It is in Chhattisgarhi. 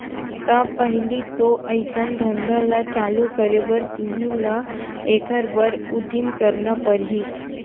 त पहिली तो अइसन धंधा ल चालू करे बर तुही ल एखर बर उदिम करना परही